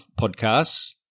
podcasts